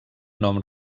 nom